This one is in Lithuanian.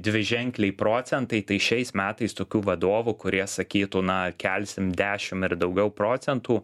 dviženkliai procentai tai šiais metais tokių vadovų kurie sakytų na kelsim dešim ir daugiau procentų